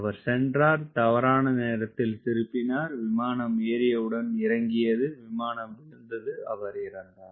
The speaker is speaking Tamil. அவர் சென்றார் தவறான நேரத்தில் திருப்பினார் விமானம் ஏறியவுடன் இறங்கியது விமானம் விழுந்தது அவர் இறந்தார்